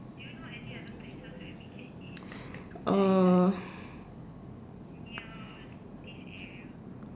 uh